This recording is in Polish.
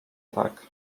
tak